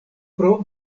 pro